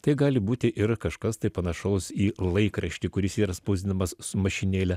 tai gali būti ir kažkas panašaus į laikraštį kuris yra spausdinamas su mašinėle